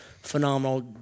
phenomenal